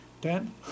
Ten